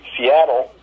Seattle